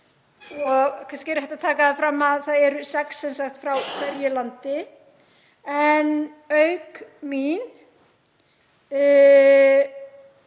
og kannski er rétt að taka það fram að það eru sex frá hverju landi en auk mín